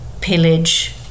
pillage